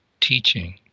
teaching